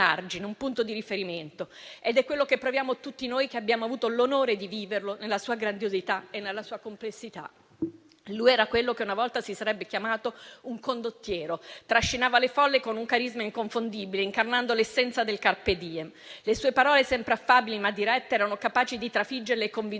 un punto di riferimento. È quello che proviamo tutti noi che abbiamo avuto l'onore di viverlo nella sua grandiosità e nella sua complessità. Lui era quello che una volta si sarebbe chiamato un condottiero: trascinava le folle con un carisma inconfondibile, incarnando l'essenza del *carpe diem*. Le sue parole, sempre affabili ma dirette, erano capaci di trafiggere le convinzioni